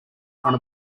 front